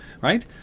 right